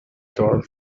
tore